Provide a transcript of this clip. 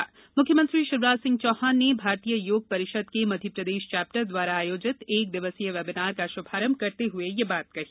ये मुख्यमंत्री शिवराज सिंह चौहान ने भारतीय योग परिषद के मध्यप्रदेश चैप्टर द्वारा आयोजित एक दिवसीय वेबिनार का शुभारंभ करते हुए यह बता कही